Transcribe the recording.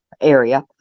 area